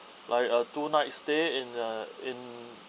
like a two night stay in uh in